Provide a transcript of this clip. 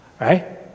Right